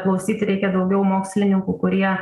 klausyti reikia daugiau mokslininkų kurie